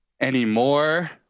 anymore